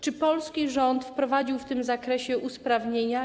Czy polski rząd wprowadził w tym zakresie usprawnienia?